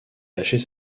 lâcher